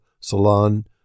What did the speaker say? Salon